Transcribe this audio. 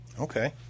Okay